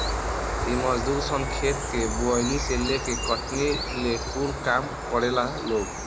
इ मजदूर सन खेत के बोअनी से लेके कटनी ले कूल काम करेला लोग